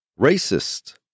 racist